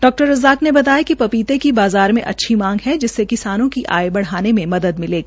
डॉ रज्जाक ने बताया कि पपीते के बाज़ार में अच्छी मांग है जिससे किसानों की आय बढ़ाने में मदद मिलेगी